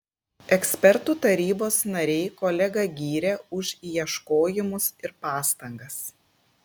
ekspertų tarybos nariai kolegą gyrė už ieškojimus ir pastangas